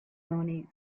looney